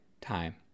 time